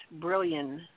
brilliant